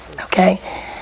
okay